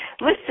Listen